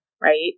right